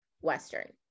Western